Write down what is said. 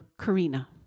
Karina